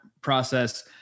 process